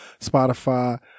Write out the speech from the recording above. Spotify